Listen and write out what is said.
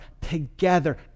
together